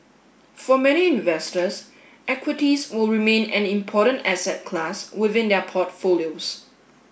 for many investors equities will remain an important asset class within their portfolios